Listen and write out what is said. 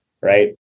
right